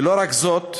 ולא רק זאת,